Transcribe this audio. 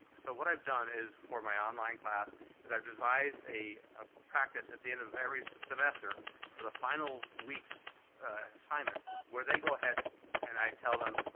so what i've done for my online class is i've devised a ah practice at the end of every semester for the final weeks assignment where they go ahead and i tell them,